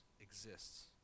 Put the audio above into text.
exists